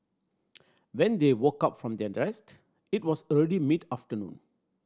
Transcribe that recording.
when they woke up from their rest it was already mid afternoon